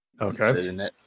okay